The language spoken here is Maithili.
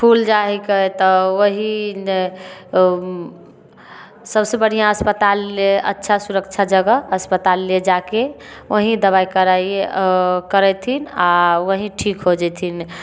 फूल जाइ हीकै तऽ वही सबसे बढ़िऑं अस्पताल अच्छा सुरक्षा जगह अस्पताल ले जाके वही दबाइ कराइयै और करेथिन आ वही ठीक हो जेथिन